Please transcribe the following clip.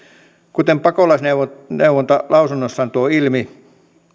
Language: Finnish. kuten pakolaisneuvonta lausunnossaan tuo ilmi